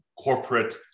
corporate